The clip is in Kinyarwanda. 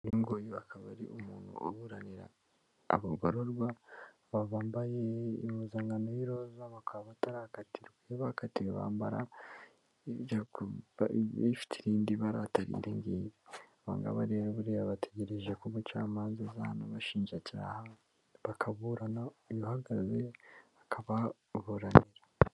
Uyu nguyu akaba ari umuntu uburanira abagororwa, aba bambaye impuzankano y'iroza bakaba batarakatirwa , iyo bakatiwe bambara ijya kuba, ifite irindi bara atari iringiri aba ngaba rero ,buriya bategereje ko umucamanza aza cyangwa abashinjacyaha bakaburana uhagaze akababuranira.